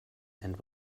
and